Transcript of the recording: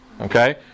Okay